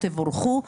תבורכו.